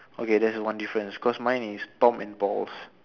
okay there's a one difference cause mine is Tom and Paul's